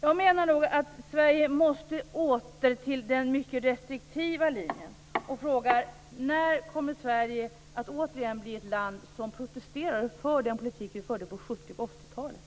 Jag menar nog att Sverige åter måste till den mycket restriktiva linjen och frågar: När kommer Sverige att återigen bli ett land som protesterar och för den politik som vi förde på 70 och 80-talen?